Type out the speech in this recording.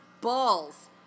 balls